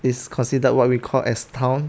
is considered what we called as town